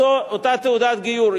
אותה תעודת גיור,